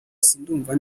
sindumva